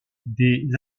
des